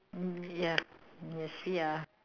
mm ya yes we are